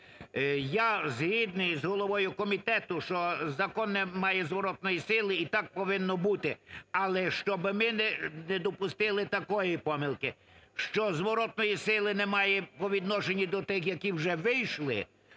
Я згідний з головою комітету, що закон немає зворотної сили і так повинно бути. Але, щоб ми не допустили такої помилки, що зворотної сили немає по відношенню до тих, які вже вийшли,